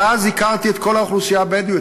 ואז הכרתי את כל האוכלוסייה הבדואית.